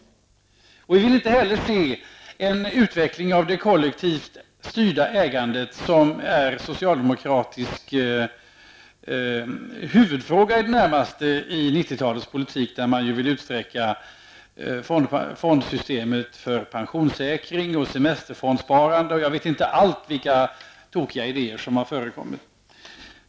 Vi vill inte heller se en utveckling av det kollektivt styrda ägandet, som i det närmaste är en socialdemokratisk huvudfråga i 90-talets politik. Man vill utveckla fondsystemet för pensionssäkring och semesterfondssparande. Jag vet inte allt av de tokiga idéer som har förekommit.